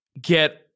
get